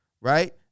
Right